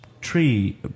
tree